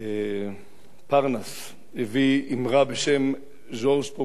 פרנס הביא אמרה בשם ז'ורז' פומפידו,